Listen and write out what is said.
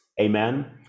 Amen